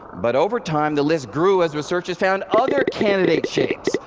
but over time the list grew as researchers found other candidate shapes.